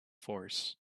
force